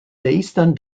eastern